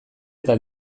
eta